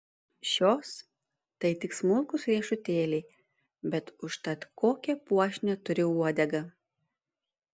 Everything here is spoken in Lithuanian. šios tai tik smulkūs riešutėliai bet užtat kokią puošnią turi uodegą